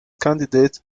candidates